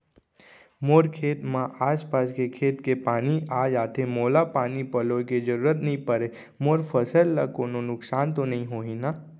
मोर खेत म आसपास के खेत के पानी आप जाथे, मोला पानी पलोय के जरूरत नई परे, मोर फसल ल कोनो नुकसान त नई होही न?